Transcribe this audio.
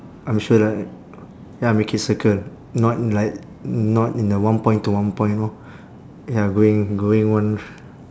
I'm sure like ya make it circle not like not in the one point to one point you know ya going going one